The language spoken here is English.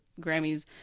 Grammys